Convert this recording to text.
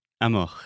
Amor